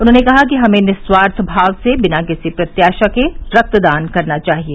उन्होंने कहा कि हमें निःस्वार्थ भाव से बिना किसी प्रत्याशा के रक्तदान करना चाहिये